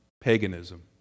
paganism